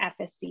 FSC